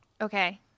Okay